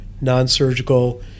non-surgical